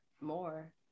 more